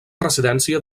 residència